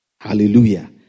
Hallelujah